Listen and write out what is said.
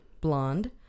blonde